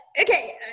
Okay